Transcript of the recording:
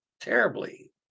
terribly